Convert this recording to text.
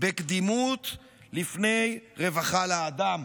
בקדימות לפני רווחה לאדם.